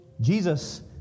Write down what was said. Jesus